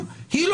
הרב יעקבי,